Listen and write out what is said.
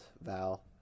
Val